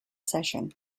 session